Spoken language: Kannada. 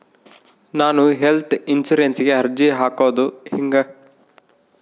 ನಾನು ಹೆಲ್ತ್ ಇನ್ಸುರೆನ್ಸಿಗೆ ಅರ್ಜಿ ಹಾಕದು ಹೆಂಗ?